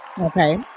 Okay